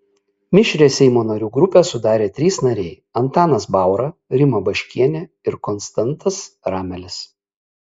mišrią seimo narių grupę sudarė trys nariai antanas baura rima baškienė ir konstantas ramelis